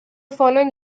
following